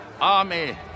army